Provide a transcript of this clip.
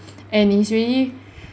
and it's really